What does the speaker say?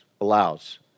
allows